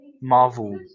Marvel